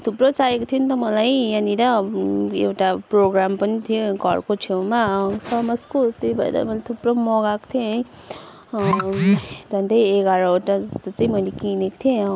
थुप्रो चाहिएको थियो नि त मलाई यहाँनिर एउटा प्रोग्राम पनि थियो घरको छेउमा समाजको त्यही भएर मैले थुप्रो मगाएको थिएँ है झन्डै एघारवटा जस्तो चाहिँ मैले किनेको थिएँ